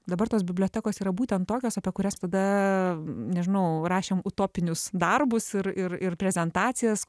dabar tos bibliotekos yra būtent tokios apie kurias tada nežinau rašėm utopinius darbus ir ir ir prezentacijas